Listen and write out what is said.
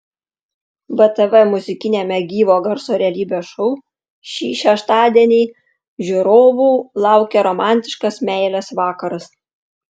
btv muzikiniame gyvo garso realybės šou šį šeštadienį žiūrovų laukia romantiškas meilės vakaras